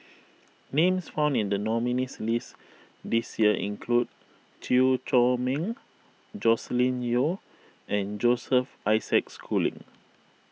names found in the nominees' list this year include Chew Chor Meng Joscelin Yeo and Joseph Isaac Schooling